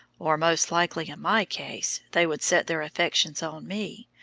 or most likely in my case they would set their affections on me,